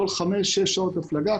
כל חמש-שש שעות הפלגה,